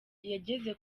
yageze